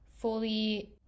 fully